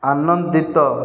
ଆନନ୍ଦିତ